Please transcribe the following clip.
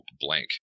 blank